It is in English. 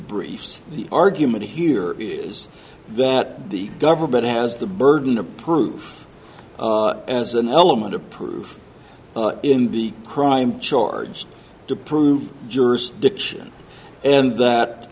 briefs the argument here is that the government has the burden of proof as an element of proof in the crime charged to prove jurisdiction and that